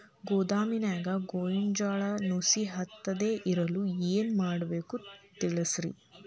ಗೋದಾಮಿನ್ಯಾಗ ಗೋಂಜಾಳ ನುಸಿ ಹತ್ತದೇ ಇರಲು ಏನು ಮಾಡಬೇಕು ತಿಳಸ್ರಿ